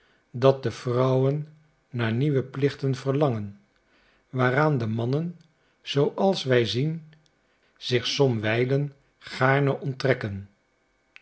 dat de vrouwen naar nieuwe plichten verlangen waaraan de mannen zooals wij zien zich somwijlen gaarne onttrekken